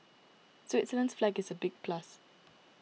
Switzerland's flag is a big plus